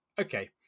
okay